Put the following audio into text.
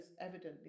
evidently